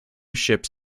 ships